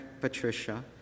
Patricia